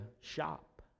shop